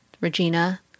Regina